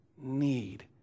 need